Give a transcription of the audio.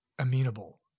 amenable